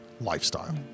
lifestyle